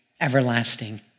everlasting